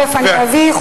אני אביא,